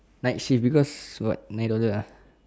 night shift because got nine dollar uh